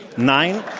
nine,